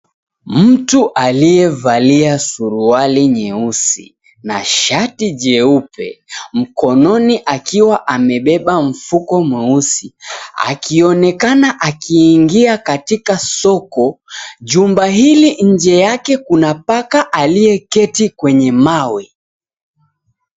Mtu aliyevalia suruali nyeusi na shati jeupe mkononi akiwa amembeba mfuko mweusi akionekana akiingia katika soko. Jumba hili nje yake kuna paka aliyeketi kwenye mawe.